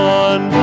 one